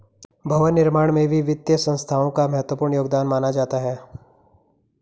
भवन निर्माण में भी वित्तीय संस्थाओं का महत्वपूर्ण योगदान माना जाता है